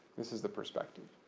this is the perspective.